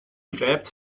gräbt